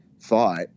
thought